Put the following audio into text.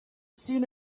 soon